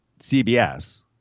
CBS